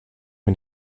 mit